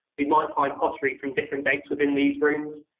we might find pottery from different dates within these rooms.